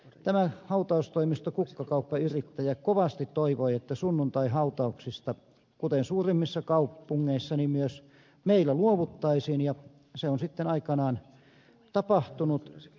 tämä hau taustoimisto kukkakauppayrittäjä kovasti toivoi että sunnuntaihautauksista kuten suurimmissa kaupungeissa myös meillä luovuttaisiin ja se on sitten aikanaan tapahtunut